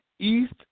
East